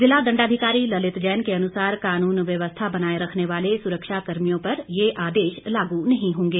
ज़िला दंडाधिकारी ललित जैन के अनुसार कानून व्यवस्था बनाए रखने वाले सुरक्षा कर्मियों पर ये आदेश लागू नहीं होंगे